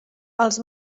els